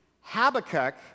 Habakkuk